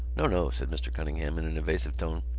no, no, said mr. cunningham in an evasive tone,